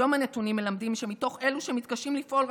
היום הנתונים מלמדים שמתוך אלו שמתקשים לפעול,